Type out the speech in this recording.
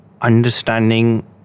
understanding